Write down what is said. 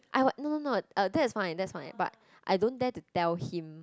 I what no no no uh that's fine that's fine but I don't dare to tell him